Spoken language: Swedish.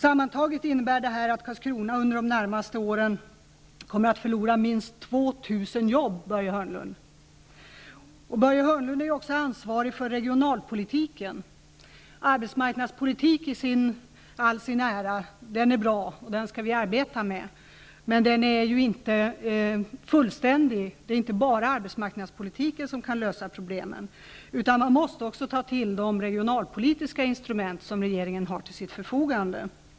Sammantaget innebär detta att Karlskrona under de närmaste åren kommer att förlora minst 2 000 Börje Hörnlund är ju också ansvarig för regionalpolitiken. Arbetsmarknadspolitiken i all ära -- den är bra, och den skall vi arbeta med. Men den är ju inte fullständig; det är inte bara arbetsmarknadspolitiken som kan lösa problemen, utan man måste också ta till de regionalpolitiska instrument som regeringen har till sitt förfogande.